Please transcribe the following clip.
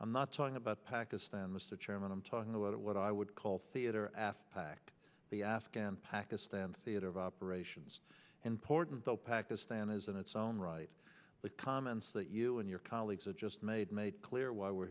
i'm not talking about pakistan mr chairman i'm talking about what i would call theater after act the afghan pakistan theater of operations important the pakistan is in its own right the comments that you and your colleagues have just made made clear why we're